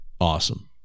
awesome